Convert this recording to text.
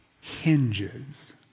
hinges